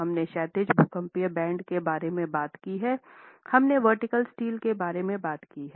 हमने क्षैतिज भूकंपीय बैंड के बारे में बात की हैं हमने वर्टिकल स्टील के बारे में बात की हैं